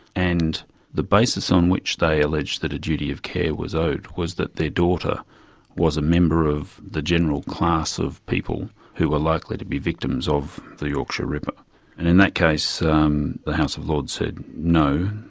and the basis on which they alleged that a duty of care was owed was that their daughter was a member of the general class of people who were likely to be victims of the yorkshire ripper. and in that case um the house of lords said no,